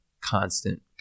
constant